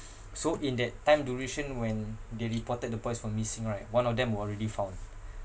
so in that time duration when they reported the boys for missing right one of them were already found